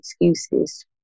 excuses